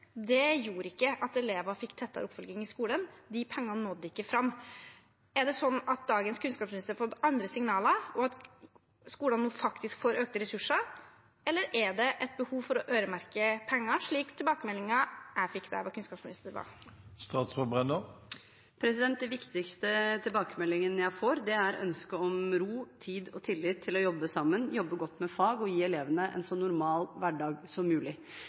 gjorde at elevene fikk tettere oppfølging i skolen. De pengene nådde ikke fram. Er det sånn at dagens kunnskapsminister har fått andre signaler, og at skolene nå faktisk får økte ressurser, eller er det et behov for å øremerke penger, slik tilbakemeldingen jeg fikk da jeg var kunnskapsminister, var? Den viktigste tilbakemeldingen jeg får, er ønsket om ro, tid og tillit til å jobbe sammen, jobbe godt med fag og gi elevene en så normal hverdag som mulig.